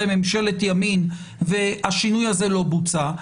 ממשלות ימין שבהן השינוי הזה לא בוצע.